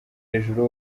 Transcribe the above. hejuru